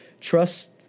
trust